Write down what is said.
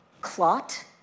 clot